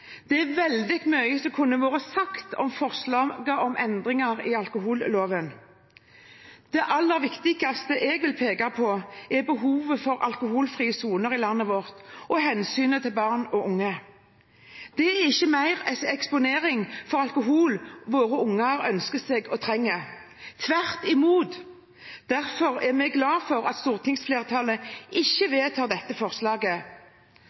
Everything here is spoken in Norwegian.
Det er veldig mye som kunne vært sagt om forslaget om endringer i alkoholloven. Det aller viktigste jeg vil peke på, er behovet for alkoholfrie soner i landet vårt og hensynet til barn og unge. Det er ikke mer eksponering for alkohol våre unger ønsker seg og trenger – tvert imot. Derfor er vi glade for at stortingsflertallet ikke vedtar dette forslaget.